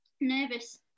nervous